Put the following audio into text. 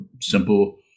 simple